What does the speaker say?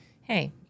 hey